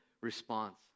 response